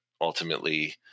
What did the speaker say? ultimately